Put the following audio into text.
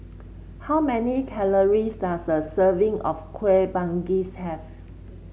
how many calories does a serving of Kueh Manggis have